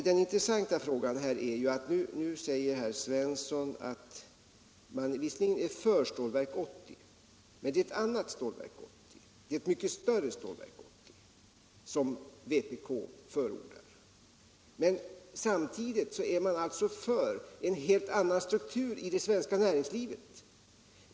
Den intressanta frågan är ju att nu säger herr Svensson att vpk visserligen förordar Stålverk 80 — men ett annat och mycket större Stålverk 80. Samtidigt är man alltså för en helt annan struktur i det svenska näringslivet.